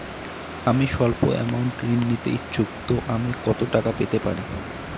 আমি সল্প আমৌন্ট ঋণ নিতে ইচ্ছুক তো আমি কত টাকা পেতে পারি?